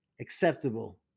acceptable